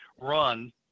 run